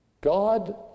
God